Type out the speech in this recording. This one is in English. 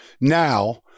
now